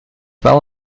wel